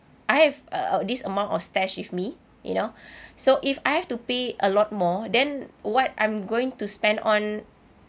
I have uh this amount of stash with me you know so if I have to pay a lot more than what I'm going to spend on